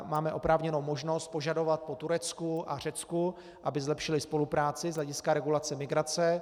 Máme oprávněnou možnost požadovat po Turecku a Řecku, aby zlepšily spolupráci z hlediska regulace migrace.